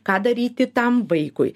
ką daryti tam vaikui